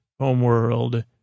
Homeworld